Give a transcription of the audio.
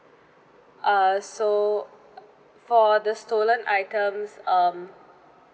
uh so for the stolen items um